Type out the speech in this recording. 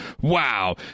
wow